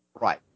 Right